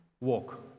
walk